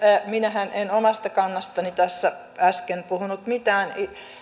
minähän en omasta kannastani tässä äsken puhunut mitään